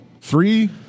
Three